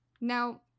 Now